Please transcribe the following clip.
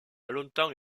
longtemps